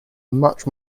much